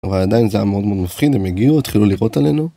אבל עדיין זה היה מאוד מאוד מפחיד, הם הגיעו, התחילו לירות עלינו.